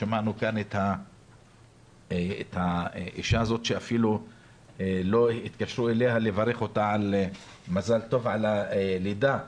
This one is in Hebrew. שמענו כאן את הילה שאפילו לא התקשרו אליה לברך אותה במזל טוב על הלידה.